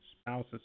spouses